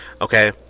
Okay